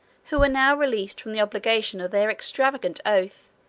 who were now released from the obligation of their extravagant oath,